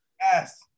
Yes